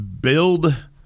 build